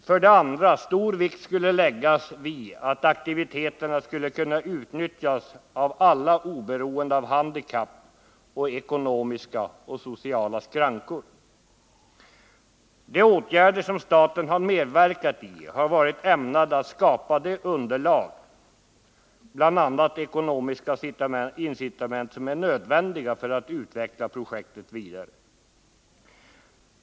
För det andra: Stor vikt skulle läggas vid att aktiviteterna skulle kunna utnyttjas av alla, oberoende av handikapp och ekonomiska och sociala skrankor. De åtgärder som staten har medverkat i har varit ämnade att skapa det underlag — bl.a. ekonomiska incitament — som är nödvändigt för att utveckla projektet vidare.